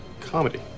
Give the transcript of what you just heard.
comedy